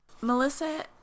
Melissa